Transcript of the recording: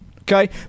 okay